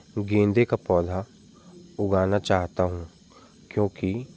गेंदे का पौधा उगाना चाहता हूँ क्योंकि